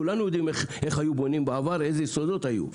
כולנו יודעים איך היו בונים בעבר ואיזה יסודות היו.